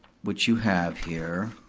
which you have here,